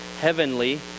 heavenly